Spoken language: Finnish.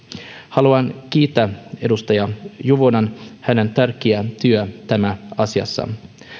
haluan kiittää edustaja juvosta hänen tärkeästä työstään tässä asiassa